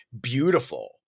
beautiful